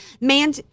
man